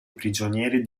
prigionieri